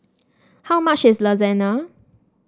how much is Lasagna